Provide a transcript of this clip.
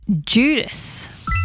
Judas